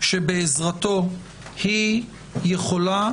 שבעזרתו היא יכולה